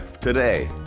today